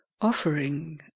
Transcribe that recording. offering